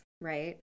right